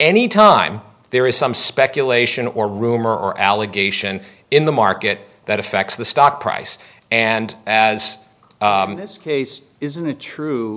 any time there is some speculation or rumor or allegation in the market that affects the stock price and as this case isn't it true